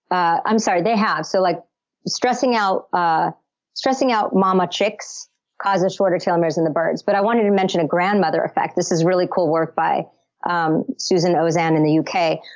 i'm sorry. they have, so like stressing out ah stressing out mama chicks causes shorter telomeres in the birds. but i wanted to mention a grandmother effect. this is really cool work by um susan ozanne in the uk.